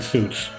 Suits